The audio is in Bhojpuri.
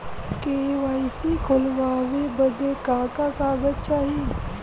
के.वाइ.सी खोलवावे बदे का का कागज चाही?